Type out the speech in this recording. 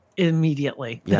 Immediately